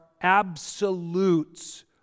absolutes